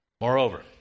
Moreover